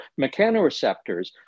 mechanoreceptors